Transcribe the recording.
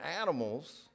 animals